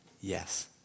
Yes